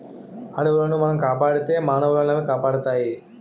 అడవులను మనం కాపాడితే మానవులనవి కాపాడుతాయి